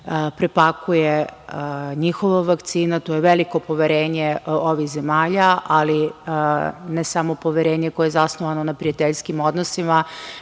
prepakuje njihova vakcina. To je veliko poverenje ovih zemalja, ali ne samo poverenje koje je zasnovano na prijateljskim odnosima,